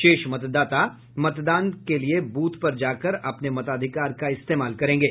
शेष मतदाता मतदान के लिए ब्रथ पर जाकर अपने मताधिकार का इस्तेमाल करेंगे